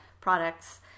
products